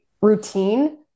routine